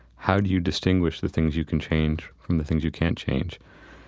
how do you distinguish the things you can change from the things you can't change?